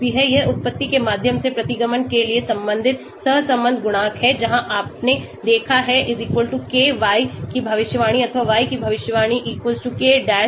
ये उत्पत्ति के माध्यम से प्रतिगमन के लिए संबंधित सहसंबंध गुणांक हैं जहां आपने देखा है k yi की भविष्यवाणी अथवा y की भविष्यवाणी k डैश yi observed है